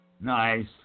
Nice